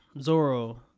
Zoro